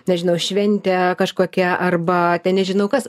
nežinau šventė kažkokia arba nežinau kas